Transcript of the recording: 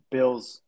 Bills